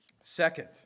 Second